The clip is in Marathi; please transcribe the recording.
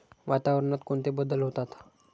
वातावरणात कोणते बदल होतात?